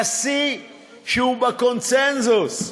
נשיא שהוא בקונסנזוס,